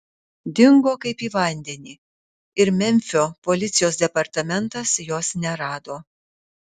dingo kaip į vandenį ir memfio policijos departamentas jos nerado